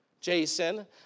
Jason